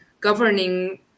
governing